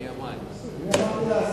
אני אמרתי להסיר.